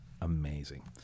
Amazing